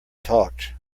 talked